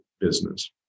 business